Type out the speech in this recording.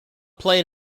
played